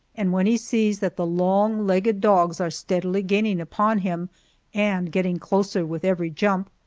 and when he sees that the long-legged dogs are steadily gaining upon him and getting closer with every jump,